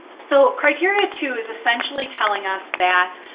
so criteria two is essentially telling us that